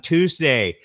Tuesday